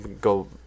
go